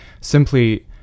simply